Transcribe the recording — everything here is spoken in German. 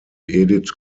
edith